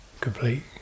complete